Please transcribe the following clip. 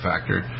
factor